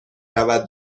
رود